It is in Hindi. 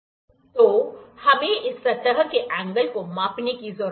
° तो हमें इस सतह के एंगल को मापने की जरूरत है